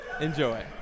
Enjoy